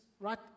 right